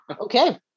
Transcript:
Okay